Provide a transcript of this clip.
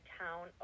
town